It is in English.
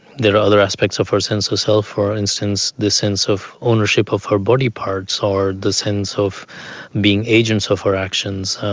there are other aspects of our sense of self. for instance, the sense of ownership of our body parts, or the sense of being agents of our actions,